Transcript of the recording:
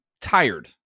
tired